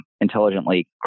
intelligently